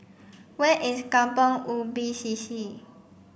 where is Kampong Ubi C C